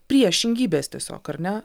priešingybės tiesiog ar ne